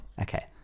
okay